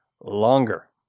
longer